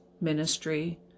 ministry